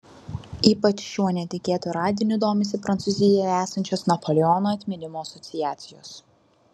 ypač šiuo netikėtu radiniu domisi prancūzijoje esančios napoleono atminimo asociacijos